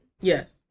Yes